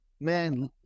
man